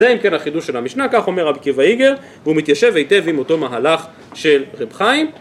‫זה אם כן החידוש של המשנה, ‫כך אומר עקיבא איגר, ‫והוא מתיישב היטב ‫עם אותו מהלך של רב חיים